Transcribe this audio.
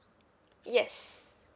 yes